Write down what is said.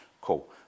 Cool